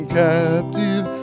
captive